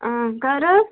اۭں کَر حظ